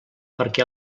perquè